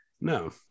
No